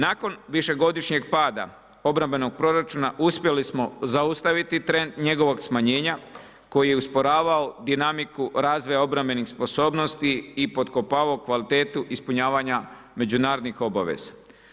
Nakon višegodišnjeg pada obrambenog proračuna uspjeli smo zaustaviti trend njegovog smanjenja koji je usporavao dinamiku razvoja obrambenih sposobnosti i potkopavao kvalitetu ispunjavanja međunarodnih obaveza.